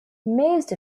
most